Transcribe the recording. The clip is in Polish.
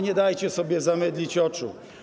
Nie dajcie sobie zamydlić oczu.